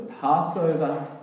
Passover